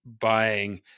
buying